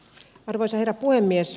arvoisa herra puhemies